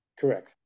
Correct